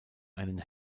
einen